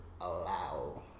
allow